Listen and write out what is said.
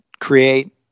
create